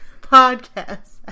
podcast